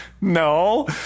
No